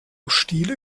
stile